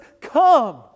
come